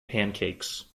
pancakes